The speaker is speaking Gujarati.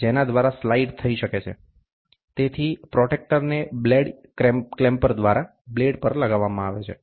તેથી પ્રોટ્રેક્ટરને બ્લેડ ક્લેમ્પર દ્વારા બ્લેડ પર લગાડવામાં આવે છે